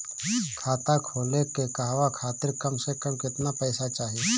खाता खोले के कहवा खातिर कम से कम केतना पइसा चाहीं?